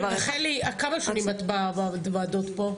רחלי כמה השנים את עברת וועדות פה?